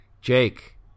jake